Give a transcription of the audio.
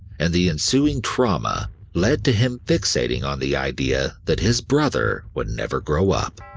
and the ensuing trauma led to him fixating on the idea that his brother would never grow up.